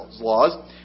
laws